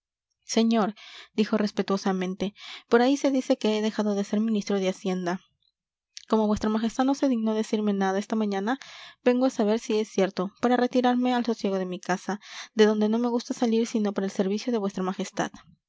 señor dijo respetuosamente por ahí se dice que he dejado de ser ministro de hacienda como vuestra majestad no se dignó decirme nada esta mañana vengo a saber si es cierto para retirarme al sosiego de mi casa de donde no me gusta salir sino para el servicio de vuestra majestad